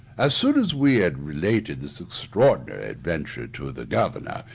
as soon as we had related this extraordinary adventure to the governor,